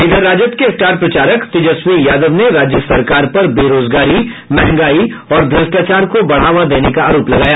इधर राजद के स्टार प्रचारक तेजस्वी यादव ने राज्य सरकार पर बेरोजगारी महंगाई और भ्रष्टाचार को बढ़ावा देने का आरोप लगाया